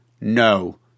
No